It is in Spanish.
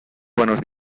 buenos